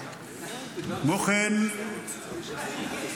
כמו כן,